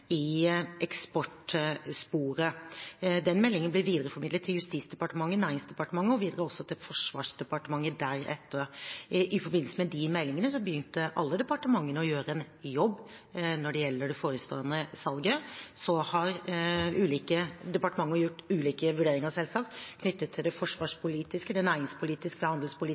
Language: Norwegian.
i eksportsporet. Den meldingen ble videreformidlet til Justisdepartementet, Næringsdepartementet og deretter videre til Forsvarsdepartementet. I forbindelse med de meldingene begynte alle departementene å gjøre en jobb når det gjaldt det forestående salget. Så har ulike departementer gjort ulike vurderinger, selvsagt, knyttet til det forsvarspolitiske, det næringspolitiske,